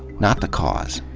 not the cause.